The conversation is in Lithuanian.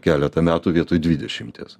keletą metų vietoj dvidešimties